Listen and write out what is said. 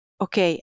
okay